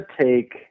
take